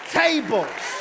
tables